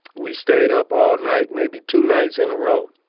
we stayed up all night, maybe two nights in a row.